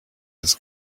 his